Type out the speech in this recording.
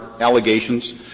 allegations –